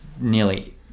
nearly